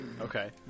Okay